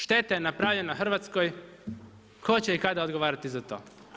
Šteta je napravljena Hrvatskoj, tko će i kada odgovarati za to?